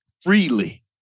freely